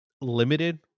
limited